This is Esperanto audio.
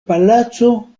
palaco